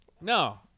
No